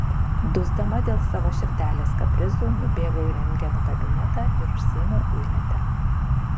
dusdama dėl savo širdelės kaprizų nubėgau į rentgeno kabinetą ir užsiėmiau eilę ten